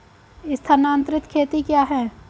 स्थानांतरित खेती क्या है?